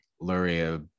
Luria